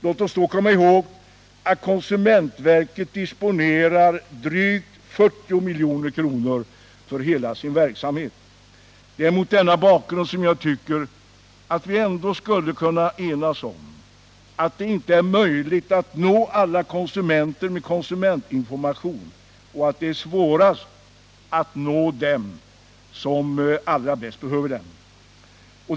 Låt oss då komma ihåg att konsumentverket disponerar drygt 40 milj.kr. för hela sin verksamhet. Det är mot denna bakgrund som jag tycker att vi skulle kunna enas om att det inte är möjligt att nå alla konsumenter med konsumentinformation och att det är svårast att nå dem som allra bäst behöver informationen.